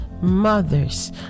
mothers